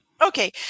Okay